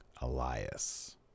Elias